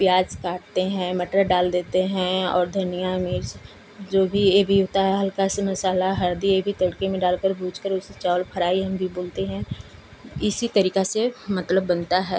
प्याज काटते हैं मटर डाल देते हैं और धनियाँ मिर्च जो भी ये भी होता है हल्का सा मसाला हल्दी ये भी तड़के में डाल कर भूज कर उसे चावल फ्राई हम भी बोलते हैं इसी तरीका से मतलब बनता है